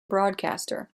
broadcaster